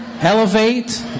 Elevate